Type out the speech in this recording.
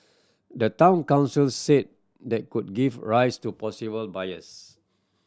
the Town Council said that could give rise to possible bias